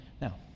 Now